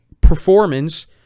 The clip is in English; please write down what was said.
performance